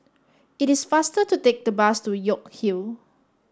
it is faster to take the bus to York Hill